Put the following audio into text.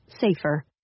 safer